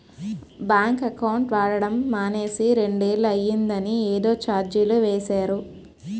bank account వాడడం మానేసి రెండేళ్ళు అయిందని ఏదో చార్జీలు వేసేరు